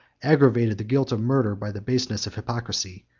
aggravated the guilt of murder by the baseness of hypocrisy,